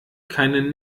keinen